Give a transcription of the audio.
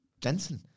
Jensen